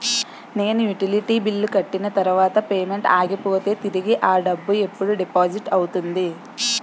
నేను utility bill కట్టిన తర్వాత పేమెంట్ ఆగిపోతే తిరిగి అ డబ్బు ఎప్పుడు డిపాజిట్ అవుతుంది?